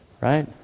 Right